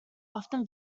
often